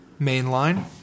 Mainline